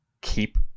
keep